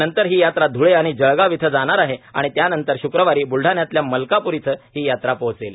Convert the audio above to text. नंतर ही यात्रा ध्ळे आणि जळगाव इथं जाणार आहे आणि त्यानंतर श्क्रवारी ब्लडाण्यातल्या मलकापूर इथं ही यात्रा पोहोचेल